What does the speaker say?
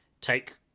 take